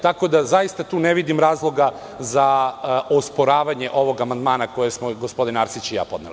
Tako da, zaista tu ne vidim razloga za osporavanje ovog amandmana koji smo gospodin Arsić i ja podneli.